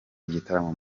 igitaramo